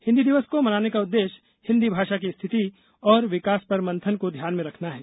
हिंदी दिवस को मनाने का उद्देश्य हिंदी भाषा की स्थिति और विकास पर मंथन को ध्यान में रखना है